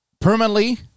permanently